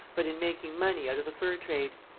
but in making money out of the fur trade.